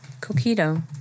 Coquito